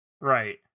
Right